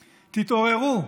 תתעוררו,